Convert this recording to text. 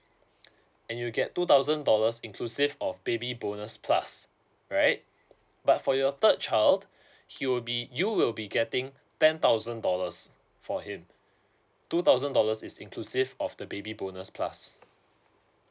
and you'll get two thousand dollars inclusive of baby bonus plus right but for your third child he will be you will be getting ten thousand dollars for him two thousand dollars is inclusive of the baby bonus plus